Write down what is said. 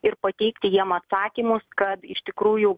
ir pateikti jiem atsakymus kad iš tikrųjų